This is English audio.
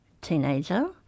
teenager